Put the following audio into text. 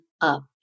up